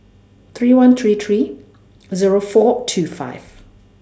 three one three three Zero four two five